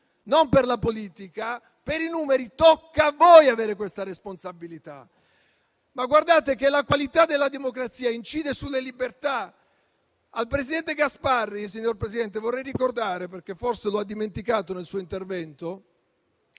non per la politica, tocca a voi avere questa responsabilità. Guardate che la qualità della democrazia incide sulle libertà. Al presidente Gasparri, signor Presidente, vorrei ricordare - perché forse lo ha dimenticato nel suo intervento